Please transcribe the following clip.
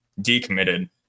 decommitted